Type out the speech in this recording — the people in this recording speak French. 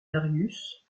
darius